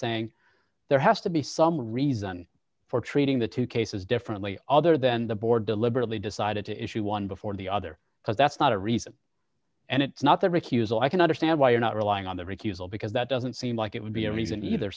saying there has to be some reason for treating the two cases differently other than the board deliberately decided to issue one before the other because that's not a reason and it's not the recusal i can understand why you're not relying on the recusal because that doesn't seem like it would be a reason either